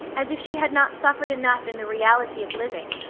as if she had not suffered enough in the reality of living,